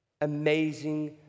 Amazing